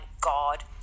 God